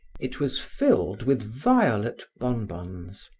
it was filled with violet bonbons.